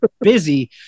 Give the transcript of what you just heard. busy